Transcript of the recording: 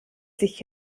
sich